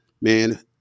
man